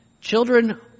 children